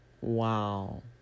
Wow